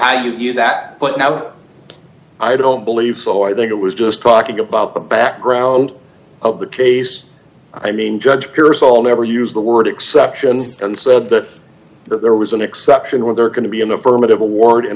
do you that but no i don't believe so i think it was just talking about the background of the case i mean judge pierce all never used the word exception and said that there was an exception when there are going to be an affirmative award and